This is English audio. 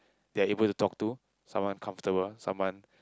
they're able to talk to someone comfortable someone